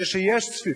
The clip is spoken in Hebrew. כשיש צפיפות,